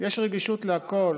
יש רגישות להכול.